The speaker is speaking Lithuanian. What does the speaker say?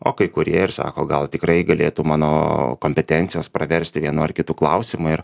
o kai kurie ir sako gal tikrai galėtų mano kompetencijos praversti vienu ar kitu klausimu ir